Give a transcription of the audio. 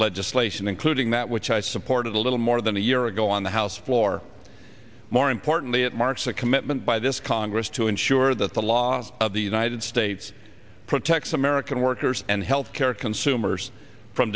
legislation including that which i supported a little more than a year ago on the house floor more importantly it marks a commitment by this congress to ensure that the laws of the united states protect american workers and healthcare consumers from